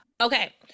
Okay